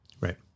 Right